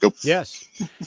Yes